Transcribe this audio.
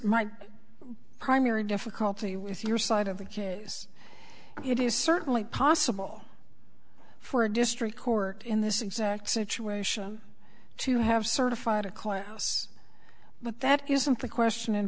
my primary difficulty with your side of the case and it is certainly possible for a district court in this exact situation to have certified a class but that isn't the question in